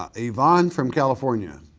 ah yvonne from california,